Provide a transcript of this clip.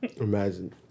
Imagine